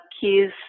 Keys